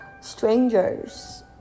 strangers